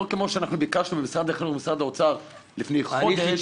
לא כמו שביקשנו ממשרד החינוך וממשרד האוצר לפני חודש.